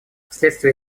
вследствие